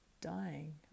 dying